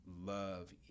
love